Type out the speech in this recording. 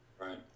Right